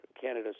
Canada